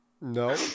No